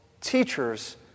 teachers